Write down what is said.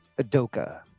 Adoka